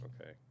Okay